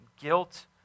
guilt